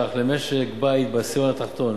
שקלים למשק-בית בעשירון התחתון,